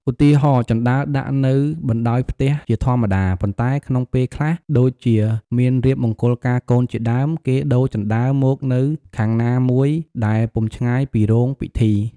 ឧទាហរណ៍ ជណ្តើរដាក់នៅបណ្តោយផ្ទះជាធម្មតា ប៉ុនែ្តក្នុងពេលខ្លះ ដូចជាមានរៀបមង្គលការកូនជាដើម គេដូរជណ្ដើរមកនៅខាងណាមួយដែលពុំឆ្ងាយពីរោងពិធី។